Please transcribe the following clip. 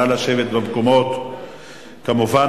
כמובן,